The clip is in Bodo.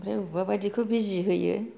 ओमफ्राइ अबेबा बायदिखौ बिजि होयो